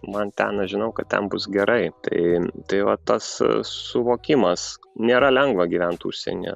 man ten aš žinau kad ten bus gerai tai tai va tas suvokimas nėra lengva gyventi užsienyje